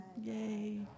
Yay